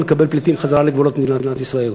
לקבל פליטים חזרה לגבולות מדינת ישראל.